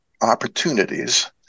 opportunities